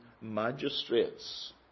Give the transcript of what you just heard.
magistrates